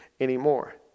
anymore